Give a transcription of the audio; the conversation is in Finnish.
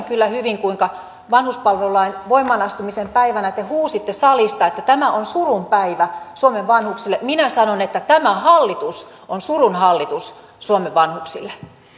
kyllä hyvin kuinka vanhuspalvelulain voimaan astumisen päivänä te huusitte salista että tämä on surun päivä suomen vanhuksille minä sanon että tämä hallitus on surun hallitus suomen vanhuksille